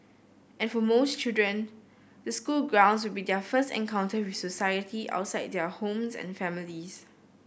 and for most children the school grounds would be their first encounter with society outside their homes and families